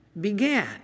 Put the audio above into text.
began